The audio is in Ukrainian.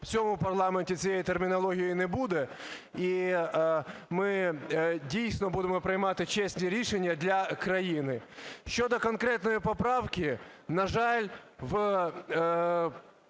в цьому парламенті цієї термінології не буде і ми дійсно будемо приймати чесні рішення для країни. Щодо конкретної поправки. На жаль, в